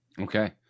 okay